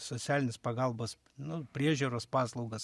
socialinės pagalbos nu priežiūros paslaugas